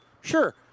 sure